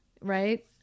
right